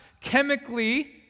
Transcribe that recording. chemically